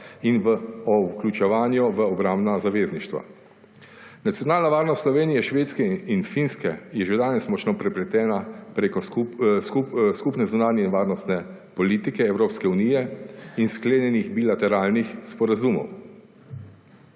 in o vključevanju v obrambna zavezništva. Nacionalna varnost Slovenije, Švedske in Finske je že danes močno prepletena preko skupne zunanje in varnostne politike Evropske unije in sklenjenih bilateralnih sporazumov.